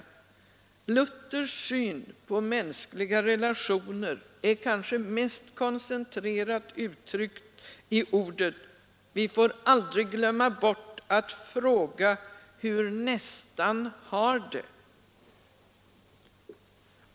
Luthers syn på mänskliga relationer är kanske mest koncentrerat uttryckt i ordet: Vi får aldrig glömma bort att fråga hur nästan har det.